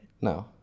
no